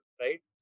right